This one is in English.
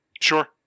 Sure